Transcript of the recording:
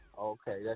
Okay